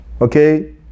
Okay